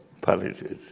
policies